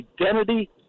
identity